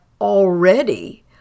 already